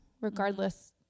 regardless